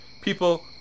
People